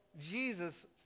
Jesus